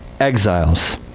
exiles